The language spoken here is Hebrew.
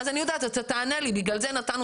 אני יודעת שאתה תענה לי ותאמר שלכן נתתם